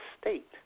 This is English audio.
state